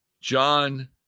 John